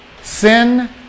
Sin